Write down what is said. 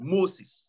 Moses